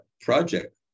project